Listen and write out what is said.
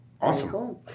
Awesome